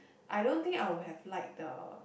I don't think I will have liked the